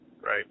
Right